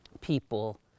people